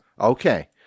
Okay